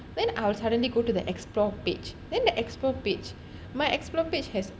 then I will suddenly go to the explore page then the explore page my explore page has